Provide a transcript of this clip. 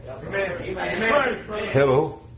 Hello